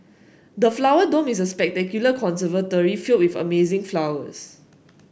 the Flower Dome is a spectacular conservatory filled with amazing flowers